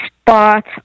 spot